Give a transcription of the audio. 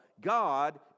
god